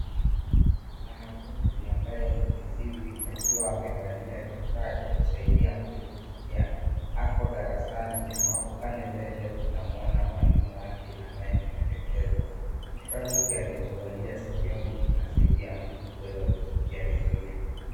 Mwanafunzi ambaye ni kiziwi akiwa amevalia kifaa cha kusaidia mtu kuskia. Ako darasani ambapo pale mbele tunamuona mwalimu wake anayemwelekeza. Kifaa hiki alichovalia sikioni kinasaidia mtu kuweza kuskia vizuri.